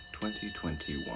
2021